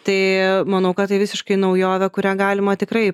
tai manau kad tai visiškai naujovė kurią galima tikrai